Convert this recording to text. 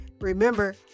remember